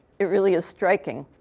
it really is striking.